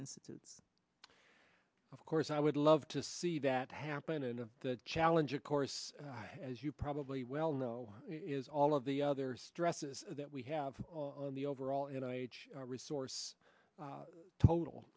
instances of course i would love to see that happen and of the challenge of course as you probably well know is all of the other stresses that we have on the overall and i resource total